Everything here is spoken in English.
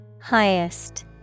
Highest